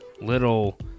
little